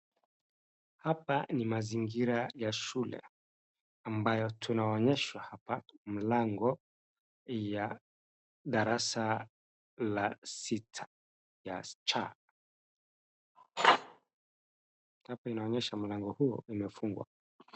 Hapa ni mazingira ya shule ambayo tunaonyeshwa hapa mlango ya darasa la sita ya C. Hapa inaonyesha mlango huo imefungwa.